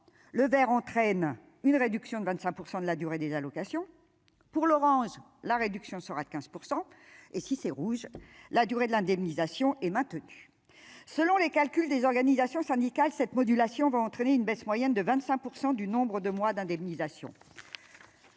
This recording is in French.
le Vert entraîne une réduction de 25 % de la durée des allocations pour l'orange, la réduction sera de 15 % et si c'est rouge, la durée de l'indemnisation est maintenu, selon les calculs des organisations syndicales cette modulation va entraîner une baisse moyenne de 25 pour 100 du nombre de mois d'indemnisation.